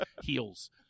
heels